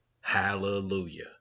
Hallelujah